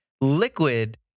liquid